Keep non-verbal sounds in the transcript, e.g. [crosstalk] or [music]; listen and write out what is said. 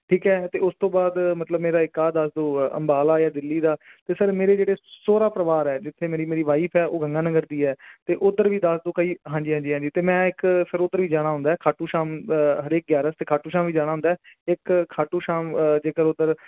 ਠੀਕ ਹੈ ਅਤੇ ਉਸ ਤੋਂ ਬਾਅਦ ਮਤਲਬ ਮੇਰਾ ਇੱਕ ਆਹ ਦੱਸ ਦਿਓ ਅੰਬਾਲਾ ਯਾ ਦਿੱਲੀ ਦਾ ਅਤੇ ਸਰ ਮੇਰੇ ਜਿਹੜੇ ਸਹੁਰਾ ਪਰਿਵਾਰ ਹੈ ਜਿੱਥੇ ਮੇਰੀ ਮੇਰੀ ਵਾਈਫ ਹੈ ਉਹ ਗੰਗਾ ਨਗਰ ਦੀ ਹੈ ਅਤੇ ਉਧਰ ਵੀ ਦੱਸ ਦਿਓ ਕਈ ਹਾਂਜੀ ਹਾਂਜੀ ਅਤੇ ਮੈਂ ਇੱਕ ਸਰ ਉਧਰ ਵੀ ਜਾਣਾ ਹੁੰਦਾ ਖਾਟੂ ਸ਼ਾਮ ਹਰੇਕ [unintelligible] ਅਤੇ ਖਾਟੂ ਸ਼ਾਮ ਵੀ ਜਾਣਾ ਹੁੰਦਾ ਇੱਕ ਖਾਟੂ ਸ਼ਾਮ ਜੇਕਰ ਉਧਰ